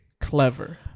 clever